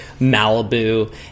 Malibu